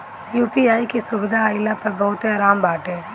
UPI के सुविधा आईला पअ बहुते आराम बाटे